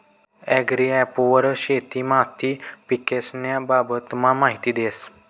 agri app वर शेती माती पीकेस्न्या बाबतमा माहिती देस